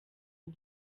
ubu